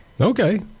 okay